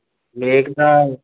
एकदा